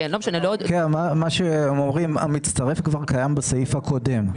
מה שהם אומרים הוא שהמצטרף קיים כבר בסעיף הקודם,